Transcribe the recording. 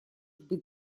быть